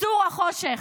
סורה חושך,